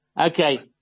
Okay